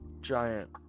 giant